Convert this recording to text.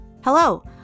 Hello